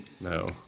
No